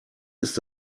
ist